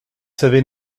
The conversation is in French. savez